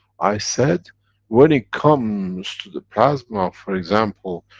i said when it comes to the plasma, for example